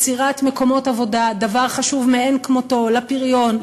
יצירת מקומות עבודה היא דבר חשוב מאין כמותו לפריון,